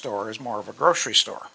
store is more of a grocery store